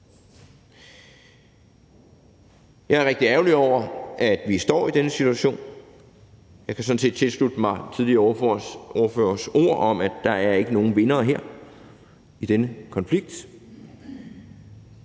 Jeg er rigtig ærgerlig over, at vi står i denne situation. Jeg kan sådan set tilslutte mig den forrige ordførers ord om, at der ikke er nogen vinder her i denne konflikt.